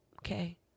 Okay